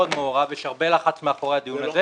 יש הרבה לחץ מאחורי הדיון הזה.